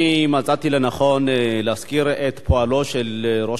אני מצאתי לנכון להזכיר את פועלו של ראש